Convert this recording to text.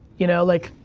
you know, like,